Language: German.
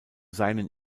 seinen